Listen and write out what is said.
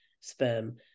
sperm